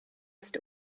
asked